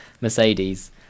Mercedes